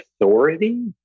authority